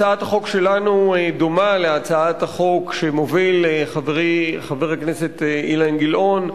הצעת החוק שלנו דומה להצעת החוק שמוביל חברי חבר הכנסת אילן גילאון,